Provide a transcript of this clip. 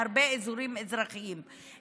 להרבה אזורים אזרחיים,